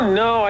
no